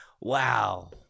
Wow